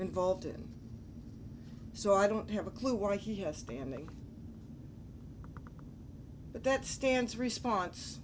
involved in so i don't have a clue why he has standing but that stance response